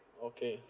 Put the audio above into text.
okay